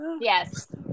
yes